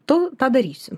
to tą darysiu